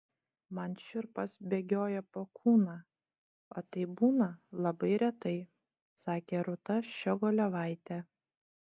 man šiurpas bėgioja po kūną o tai būna labai retai sakė rūta ščiogolevaitė